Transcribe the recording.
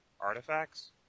artifacts